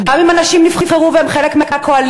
גם אם אנשים נבחרו והם חלק מהקואליציה,